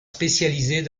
spécialisés